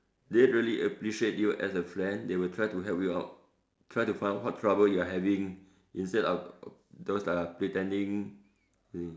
they really appreciate you as a friend they will try to help you out try to find out what trouble you're having instead of those that are pretending